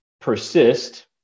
persist